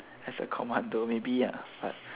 as a commando maybe ah but